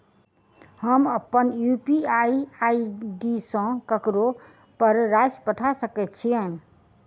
हम अप्पन UPI ID सँ ककरो पर राशि पठा सकैत छीयैन?